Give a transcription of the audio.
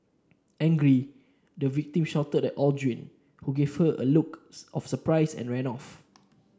angry the victim shouted at Aldrin who gave her a look of surprise and ran off